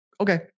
okay